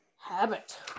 Habit